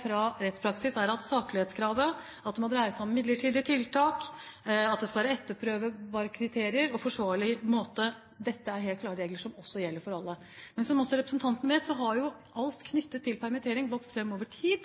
fra rettspraksis, er saklighetskravet, at det må dreie seg om midlertidige tiltak, at det skal være etterprøvbare kriterier og gjøres på en forsvarlig måte. Dette er helt klare regler, som gjelder for alle. Men som også representanten vet, har jo alt knyttet til permittering vokst fram over tid.